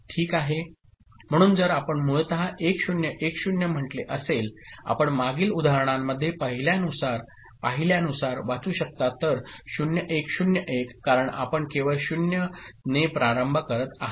म्हणून जर आपण मूळतः 1010 म्हटले असेल आपण मागील उदाहरणांमध्ये पाहिल्यानुसार वाचू शकता तर 0101 कारण आपण केवळ 0 ने प्रारंभ करत आहात